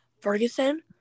ferguson